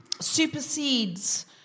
supersedes